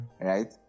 right